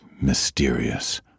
mysterious